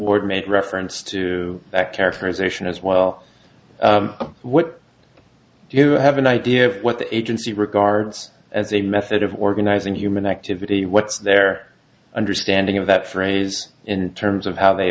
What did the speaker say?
or made reference to that characterization as well what you have an idea of what the agency regards as a method of organizing human activity what's their understanding of that phrase in terms of how they